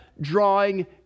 drawing